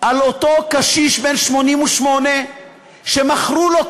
על אותו קשיש בן 88 שמכרו לו קורקינט.